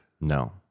No